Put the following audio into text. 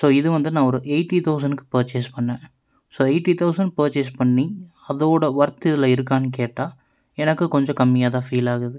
so இது வந்து நான் ஒரு எயிட்டி தௌசணுக்கு பர்ச்சேஸ் பண்ணேன் ஸோ எயிட்டி தௌசண்ட் பர்ச்சேஸ் பண்ணி அதோடய ஒர்த் இதில் இருக்கானு கேட்டால் எனக்கு கொஞ்சம் கம்மியாகதான் ஃபீல் ஆகுது